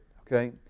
okay